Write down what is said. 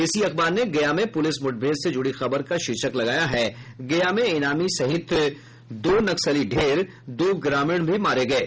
इसी अखबर ने गया में पुलिस मुठभेड़ से जुड़ी खबर का शीर्षक लगाया है गया में इनामी सहित दो नक्सली ढेर दो ग्रामीण भी मारे गये